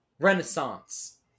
Renaissance